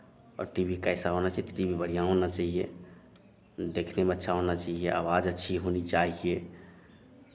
और TV कैसा होना चाहिए तो टी वी बढ़ियाँ होना चाहिए देखने में अच्छा होना चाहिए आवाज अच्छी होनी चाहिए